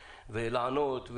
לענות,